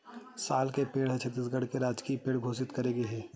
साल के पेड़ ल छत्तीसगढ़ के राजकीय पेड़ घोसित करे गे हे